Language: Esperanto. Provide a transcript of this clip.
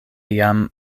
jam